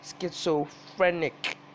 schizophrenic